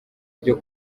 ryo